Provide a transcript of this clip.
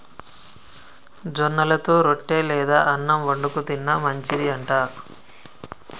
జొన్నలతో రొట్టె లేదా అన్నం వండుకు తిన్న మంచిది అంట